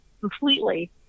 completely